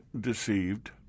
deceived